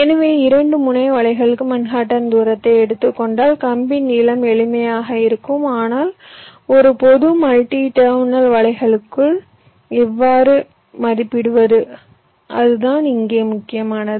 எனவே 2 முனைய வலைகளுக்கு மன்ஹாட்டன் தூரத்தை எடுத்துக் கொண்டால் கம்பி நீளம் எளிமையாக இருக்கும் ஆனால் ஒரு பொது மல்டி டெர்மினல் வலைகளுக்கு எவ்வாறு மதிப்பிடுவது அதுதான் இங்கே முக்கியமானது